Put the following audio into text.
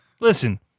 Listen